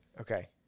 Okay